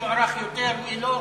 מי מוערך יותר ומי לא?